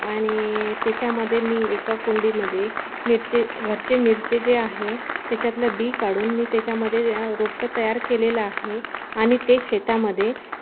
आणि त्याच्यामध्ये मी एका कुंडीमध्ये मिरचे घरचे मिरचे जे आहे त्याच्यातलं बी काढून मी त्याच्यामध्ये रोपटं तयार केलेलं आहे आणि ते शेतामध्ये